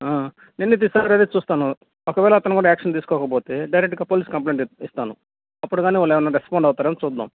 నేను అయితే ఈసారి అదే చూస్తాను ఒకవేళ అతను కూడా యాక్షన్ తీసుకోకపోతే డైరెక్ట్గా పోలీస్ కంప్లెయింట్ ఇస్తాను అప్పుడు కానీ వాళ్ళు ఏమైనా రెస్పాండ్ అవుతారేమో చూద్దాం